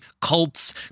cults